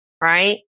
right